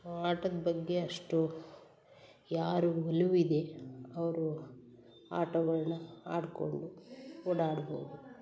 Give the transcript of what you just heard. ಆಟದ ಬಗ್ಗೆ ಅಷ್ಟು ಯಾರ ಒಲವಿದೆ ಅವರು ಆಟಗಳನ್ನ ಆಡಿಕೊಂಡು ಓಡಾಡ್ಬೋದು